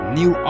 new